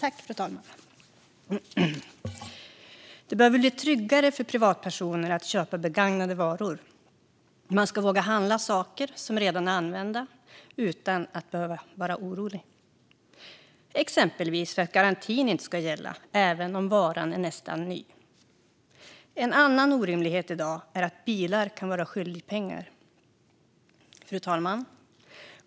Fru talman! Det behöver bli tryggare för privatpersoner att köpa begagnade varor. Man ska våga handla saker som redan är använda utan att behöva vara orolig, exempelvis för att garantin inte ska gälla även om varan nästan är ny. En annan orimlighet i dag är att bilar kan vara skyldiga pengar.